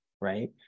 right